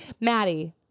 Maddie